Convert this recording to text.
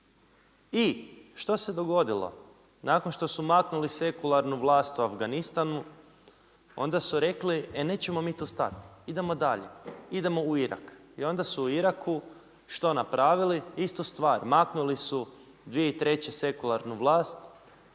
I što se dogodilo? Nakon što su maknuli sekularnu vlast u Afganistanu onda su rekli e nećemo mi tu stati, idemo dalje, idemo u Irak. I onda su u Iraku što napravili? Istu stvar, maknuli su 2003. sekularnu vlast